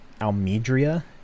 Almedria